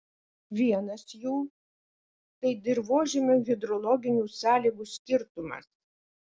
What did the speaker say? vienas jų tai dirvožemio hidrologinių sąlygų skirtumas